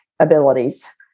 abilities